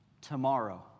tomorrow